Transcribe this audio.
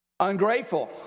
ungrateful